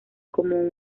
como